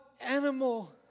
animal